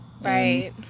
Right